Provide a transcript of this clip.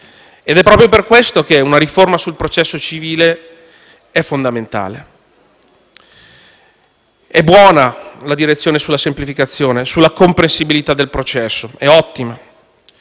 È proprio per questo che una riforma del processo civile è fondamentale. È buona la direzione sulla semplificazione, sulla compressibilità del processo: è ottima.